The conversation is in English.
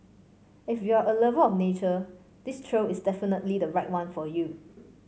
if you're a lover of nature this trail is definitely the right one for you